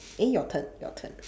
eh your turn your turn